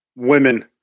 women